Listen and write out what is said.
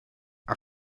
are